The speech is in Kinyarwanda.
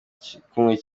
igikumwe